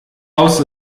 aus